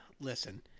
Listen